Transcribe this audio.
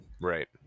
right